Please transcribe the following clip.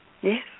Yes